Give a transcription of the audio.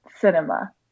Cinema